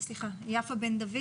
יפה בן דוד